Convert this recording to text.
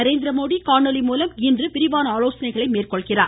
நரேந்திரமோதி காணொலி மூலம் இன்று விரிவான ஆலோசனைகளை மேற்கொள்கிறார்